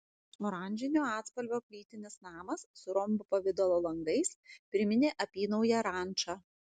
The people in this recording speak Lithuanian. oranžinio atspalvio plytinis namas su rombo pavidalo langais priminė apynauję rančą